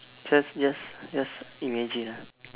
just just just imagine ah